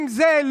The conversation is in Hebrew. עם זה,